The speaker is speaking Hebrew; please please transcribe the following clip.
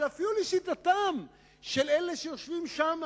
אבל אפילו לשיטתם של אלה שיושבים שם,